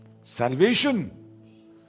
salvation